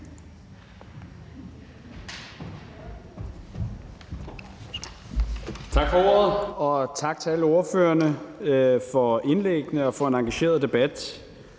Tak for ordet, og tak til alle ordførerne for indlæggene og for en engageret debat.